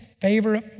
favor